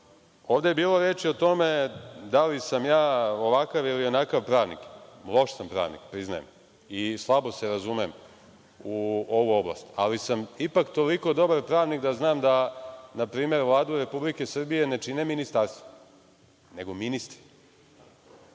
je bilo reči o tome da li sam ja ovakav ili onakav pravnik. Loš sam pravnik, priznajem, i slabo se razumem u ovu oblast, ali sam ipak toliko dobar pravnik da znam da na primer Vladu Republike Srbije ne čine ministarstva, nego ministri.